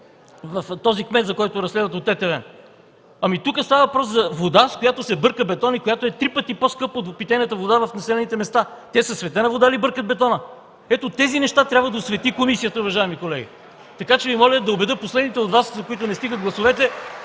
от Тетевен, който разследвате? Тук става въпрос за вода, с която се бърка бетон и която е три пъти по-скъпа от питейната вода в населените места. Те със светена вода ли бъркат бетона? Ето, тези неща трябва да освети комисията, уважаеми колеги. (Ръкопляскания от ГЕРБ.) Моля Ви да убедя последните от Вас, за които не стигат гласовете,